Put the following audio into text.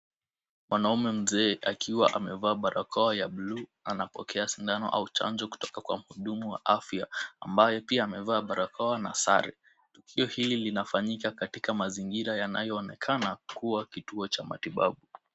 Mwanaume mzee akiwa amevaa barakoa ya bluu anapokea sindano au chanjo kutoka kwa mhudumu wa afya ambaye pia amevaa barakoa na sare. Tukio hili linafanyika katika mazingira yanayoonekana kuwa kituo cha matibabu.